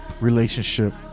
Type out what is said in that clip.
relationship